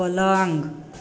पलङ्ग